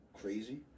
crazy